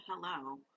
hello